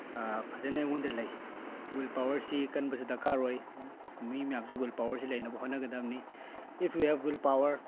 ꯐꯖꯅ ꯑꯩꯉꯣꯟꯗ ꯂꯩ ꯋꯤꯜ ꯄꯥꯋꯔꯁꯤ ꯀꯟꯕꯁꯨ ꯗꯔꯀꯥꯔ ꯑꯣꯏ ꯃꯤ ꯃꯌꯥꯝꯁꯨ ꯋꯤꯜ ꯄꯥꯋꯔꯁꯤ ꯂꯩꯅꯕ ꯍꯣꯠꯅꯒꯗꯕꯅꯤ if we have will power